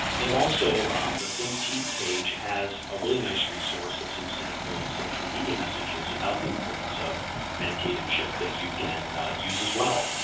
and also the think teeth page has a really nice resource of some sample social media messages about the importance of medicaid and chip that you can use as well.